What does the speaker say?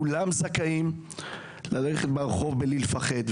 כולם זכאים ללכת ברחוב בלי לפחות.